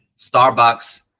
Starbucks